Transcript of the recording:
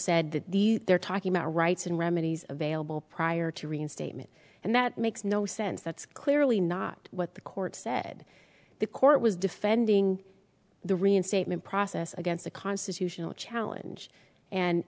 said that they're talking about rights and remedies available prior to reinstatement and that makes no sense that's clearly not what the court said the court was defending the reinstatement process against a constitutional challenge and